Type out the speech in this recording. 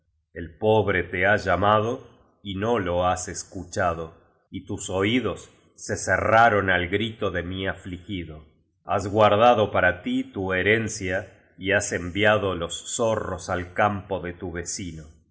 el pobre te ha lla mado y no io has escuchado y tus oídos se cerraron al grito de mi afligido has guardado para ti tu herencia y has enviado los rorros al campo de tu vecino